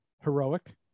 heroic